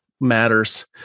matters